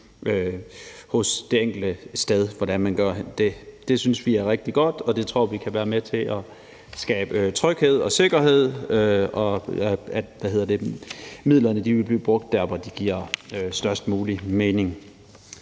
hos det enkelte sted, altså hvordan man gør det. Det synes vi er rigtig godt, og det tror vi kan være med til at skabe tryghed og sikkerhed, i forhold til at midlerne vil blive brugt der, hvor det giver størst mulig mening.